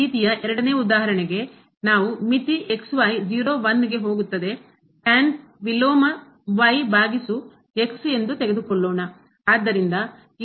ಈ ರೀತಿಯ ಎರಡನೇ ಉದಾಹರಣೆಗೆ ನಾವು ಮಿತಿ ಹೋಗುತ್ತದೆ ವಿಲೋಮ ಭಾಗಿಸು ಎಂದು ತೆಗೆದುಕೊಳ್ಳೋಣ